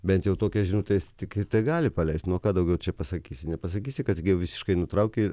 bent jau tokios žinutės tik tai gali paleisti moka daugiau čia pasakysi nepasakysi kad visiškai nutraukė